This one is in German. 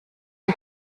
die